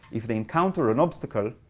if they encounter an obstacle,